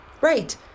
right